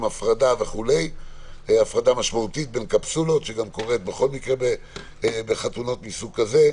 עם הפרדה משמעותית בין קפסולות שגם קורית בכל מקרה בחתונות מסוג כזה,